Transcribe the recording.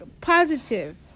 positive